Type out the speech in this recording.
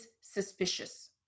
suspicious